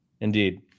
indeed